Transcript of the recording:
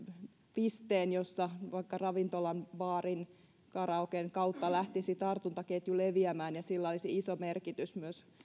pisteen joissa vaikka ravintolan baarin karaoken kautta lähtisi tartuntaketju leviämään ja sillä olisi iso merkitys myös